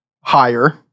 higher